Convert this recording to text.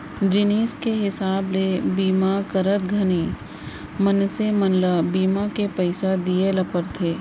जिनिस के हिसाब ले बीमा करत घानी मनसे मन ल बीमा के पइसा दिये ल परथे